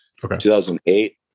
2008